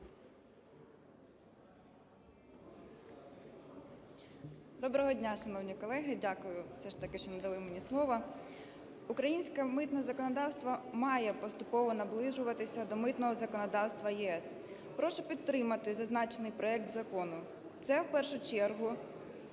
Доброго дня, шановні колеги. Дякую все ж таки, що надали мені слово. Українське митне законодавство має поступово наближуватися до митного законодавства ЄС, прошу підтримати зазначений проект закону. Це, в першу чергу,